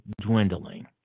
dwindling